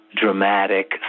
dramatic